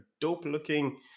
dope-looking